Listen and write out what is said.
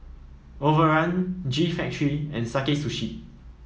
Overrun G Factory and Sakae Sushi